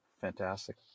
fantastic